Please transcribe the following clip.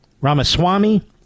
Ramaswamy